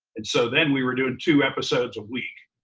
and so then we were doing two episodes a week.